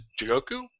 Jigoku